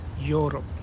Europe